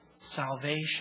salvation